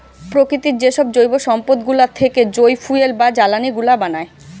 প্রকৃতির যেসব জৈব সম্পদ গুলা থেকে যই ফুয়েল বা জ্বালানি গুলা বানায়